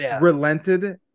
relented